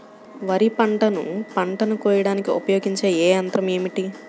వరిపంటను పంటను కోయడానికి ఉపయోగించే ఏ యంత్రం ఏమిటి?